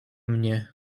mnie